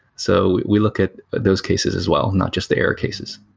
so we look at those cases as well, not just the error cases